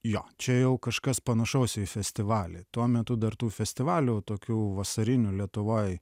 jo čia jau kažkas panašaus į festivalį tuo metu dar tų festivalių tokių vasarinių lietuvoj